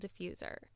diffuser